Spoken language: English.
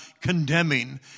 condemning